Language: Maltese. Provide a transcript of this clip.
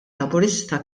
laburista